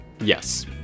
yes